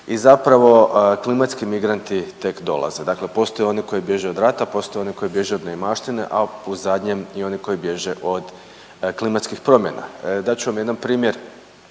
i zapravo klimatski migranti tek dolaze. Dakle, postoje oni koji bježe od rata, postoje oni koji bježe od neimaštine, a u zadnjem i oni koji bježe od klimatskih promjena. Dat ću vam jedan primjer.